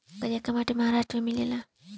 करियाका माटी महाराष्ट्र में मिलेला